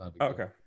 Okay